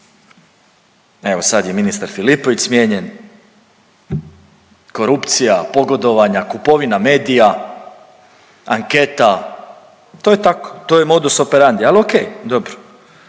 evo sad je ministar Filipović smijenjen, korupcija, pogodovanja, kupovina medija, anketa to je tako. To je modus operandi, ali ok, dobro,